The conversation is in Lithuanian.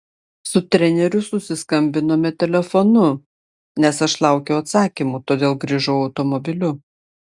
su treneriu susiskambinome telefonu nes aš laukiau atsakymų todėl grįžau automobiliu